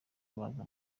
baza